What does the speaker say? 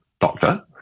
doctor